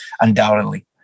undoubtedly